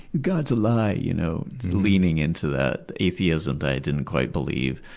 god's a lie! you know leaning into that atheism that i didn't quite believe.